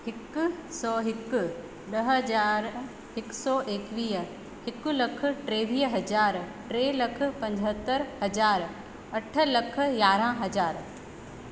हिक सौ हिक ॾह हज़ार हिक सौ एकवीह हिक लख टेवीह हज़ार टे लख पंजहतरि हज़ार अठ लख यारहं हज़ार